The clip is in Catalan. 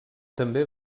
també